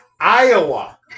Iowa